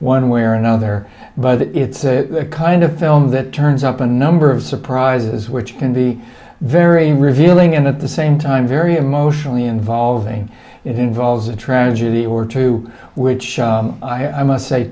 one way or another but it's a kind of film that turns up a number of surprises which can be very revealing and at the same time very emotionally involving it involves a tragedy or two which i must say